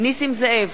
נסים זאב,